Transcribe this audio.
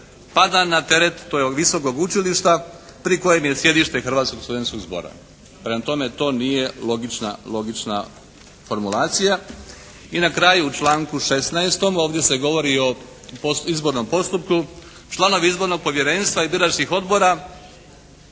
pada na teret tog visokog učilišta pri kojem je sjedište Hrvatskog studentskog zbora. Prema tome, to nije logična formulacija. I na kraju u članku 16. ovdje se govori i o postizbornom postupku. Članovi izbornog povjerenstva i biračkih odbora